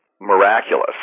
miraculous